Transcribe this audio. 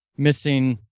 missing